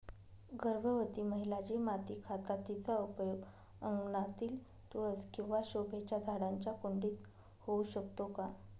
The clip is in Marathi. गर्भवती महिला जी माती खातात तिचा उपयोग अंगणातील तुळस किंवा शोभेच्या झाडांच्या कुंडीत होऊ शकतो का?